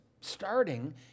starting